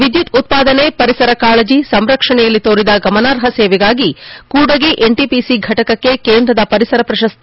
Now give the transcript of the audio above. ವಿದ್ಯುತ್ ಉತ್ಪಾದನೆ ಪರಿಸರ ಕಾಳಜಿ ಸಂರಕ್ಷಣೆಯಲ್ಲಿ ತೋರಿದ ಗಮನಾರ್ಹ ಸೇವೆಗಾಗಿ ಕೂಡಗಿ ಎನ್ಟಿಪಿಸಿ ಫಟಕಕ್ಕೆ ಕೇಂದ್ರದ ಪರಿಸರ ಪ್ರಶಸ್ತಿ